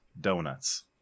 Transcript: donuts